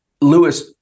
Lewis